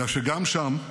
אלא שגם שם,